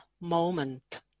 moment